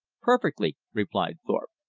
perfectly, replied thorpe.